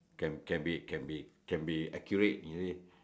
can can be can be can be accurate is it